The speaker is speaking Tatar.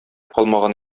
калмаган